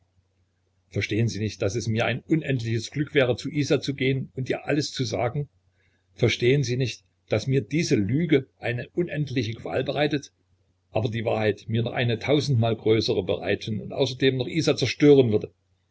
verstehen sie nicht daß es mir ein unendliches glück wäre zu isa zu gehen und ihr alles zu sagen verstehen sie nicht daß mir diese lüge eine unendliche qual bereitet aber die wahrheit mir noch eine tausendmal größere bereiten und außerdem noch isa zerstören würde